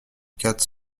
quatre